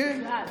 אז בכלל.